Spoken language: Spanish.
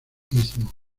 istmo